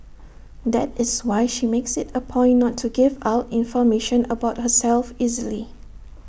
that is why she makes IT A point not to give out information about herself easily